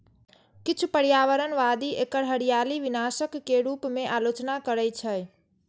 किछु पर्यावरणवादी एकर हरियाली विनाशक के रूप मे आलोचना करै छै